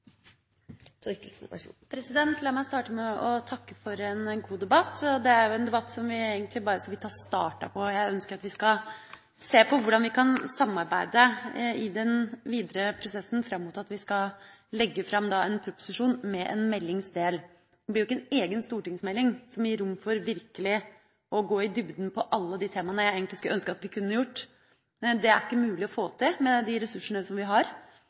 en debatt som vi egentlig bare så vidt har startet på. Jeg ønsker at vi skal se på hvordan vi kan samarbeide i den videre prosessen fram mot at vi skal legge fram en proposisjon med en meldingsdel. Det blir ikke en egen stortingsmelding som gir rom for å gå virkelig i dybden på alle de temaene jeg skulle ønske – det er ikke mulig å få til med de ressursene vi har